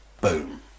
Boom